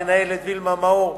למנהלת וילמה מאור,